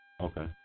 Okay